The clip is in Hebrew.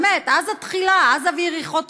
באמת, עזה תחילה, עזה ויריחו תחילה.